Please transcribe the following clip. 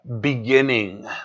beginning